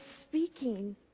speaking